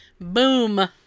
Boom